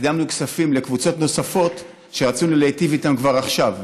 והקדמנו כספים לקבוצות נוספות שרצינו להיטיב איתן כבר עכשיו,